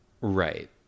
Right